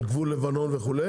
על גבול לבנון וכו',